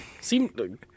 Seemed